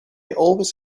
always